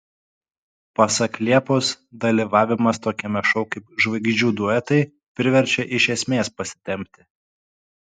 pasak liepos dalyvavimas tokiame šou kaip žvaigždžių duetai priverčia iš esmės pasitempti